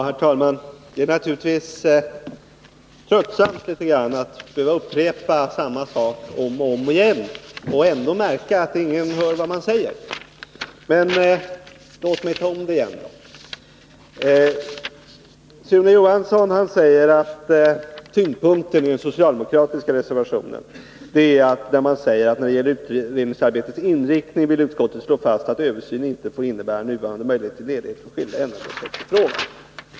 Herr talman! Det är naturligtvis litet tröttsamt att behöva upprepa samma sak om och om igen och märka att ingen hör vad man säger. Men låt mig ändå ta om. Sune Johansson säger att tyngdpunkten i den socialdemokratiska reservationen ligger på meningen ”När det gäller utredningsarbetets inriktning vill utskottet slå fast att översynen inte får innebära att nuvarande möjligheter till ledighet för skilda ändamål sätts i fråga”.